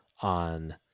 on